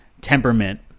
temperament